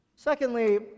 Secondly